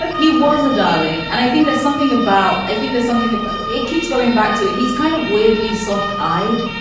but he was a darling. and i think that's something about i think that's something about it keeps going back to it. he's kind of weirdly soft eyed.